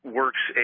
works